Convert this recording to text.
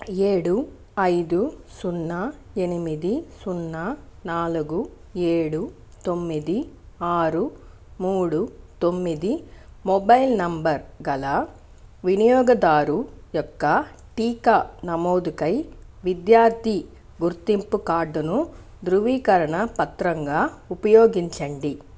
ఏడు అయిదు సున్నా ఎనిమిది సున్నా నాలుగు ఏడు తొమ్మిది ఆరు మూడు తొమ్మిది మొబైల్ నెంబర్ గల వినియోగదారుని యొక్క టీకా నమోదుకై విద్యార్ధి గుర్తింపు కార్డును ధృవీకరణ పత్రంగా ఉపయోగించండి